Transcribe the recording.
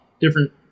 different